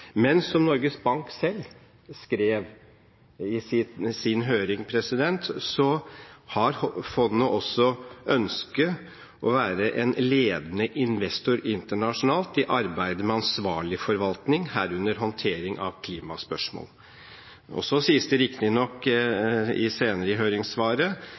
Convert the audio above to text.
Men som Norges Bank selv skrev i sitt høringssvar, har fondet også ønske om «å være en ledende investor internasjonalt i arbeidet med ansvarlig forvaltning, herunder håndtering av klimaspørsmål». Så sier Norges Bank riktignok senere i høringssvaret: